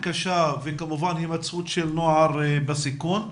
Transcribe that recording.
קשה וכמובן הימצאות של נוער בסיכון.